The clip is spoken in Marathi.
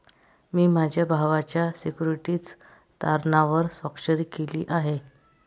मी माझ्या भावाच्या सिक्युरिटीज तारणावर स्वाक्षरी केली आहे